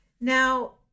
Now